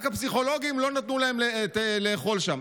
רק לפסיכולוגים לא נתנו לאכול שם.